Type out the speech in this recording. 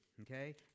okay